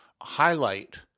highlight